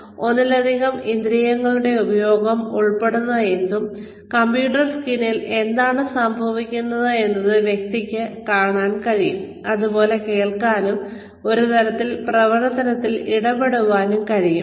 എന്നാൽ ഒന്നിലധികം ഇന്ദ്രിയങ്ങളുടെ ഉപയോഗം ഉൾപ്പെടുന്ന എന്തും കമ്പ്യൂട്ടർ സ്ക്രീനിൽ എന്താണ് സംഭവിക്കുന്നത് എന്നത് വ്യക്തിക്ക് കാണാൻ കഴിയും അതുപോലെ കേൾക്കാനും ഒരു തരത്തിൽ പ്രവർത്തനത്തിൽ ഇടപെടാനും കഴിയും